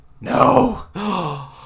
no